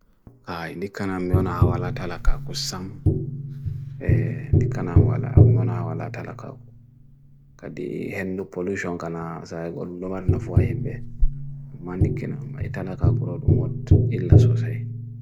kaha indikana mionha wala talaka kusam, indikana mionha wala talaka kusam. Kad di henu polushon kana sayagul mionha na fuwa himbe, man di kinu, italaka kura ungot illa sosai.